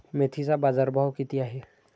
मेथीचा बाजारभाव किती आहे?